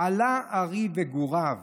עלה ארי וגוריו /